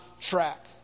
track